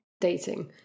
dating